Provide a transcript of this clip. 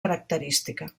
característica